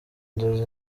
inzozi